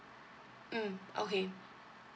mm okay